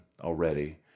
already